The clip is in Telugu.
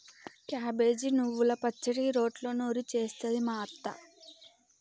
క్యాబేజి నువ్వల పచ్చడి రోట్లో నూరి చేస్తది మా అత్త